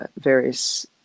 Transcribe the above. various